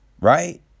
Right